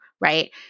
right